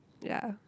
ya